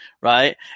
right